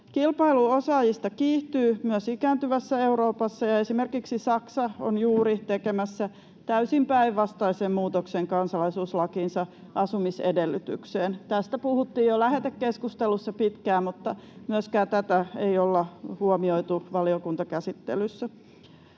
Kilpailu osaajista kiihtyy myös ikääntyvässä Euroopassa, ja esimerkiksi Saksa on juuri tekemässä täysin päinvastaisen muutoksen kansalaisuuslakinsa asumisedellytykseen. Tästä puhuttiin jo lähetekeskustelussa pitkään, mutta myöskään tätä ei olla huomioitu valiokuntakäsittelyssä,